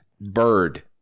bird